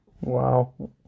Wow